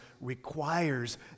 requires